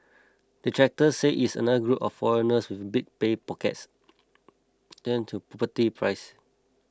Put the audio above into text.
detractors say it's just another group of foreigners with big pay packets driving to property prices